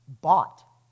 bought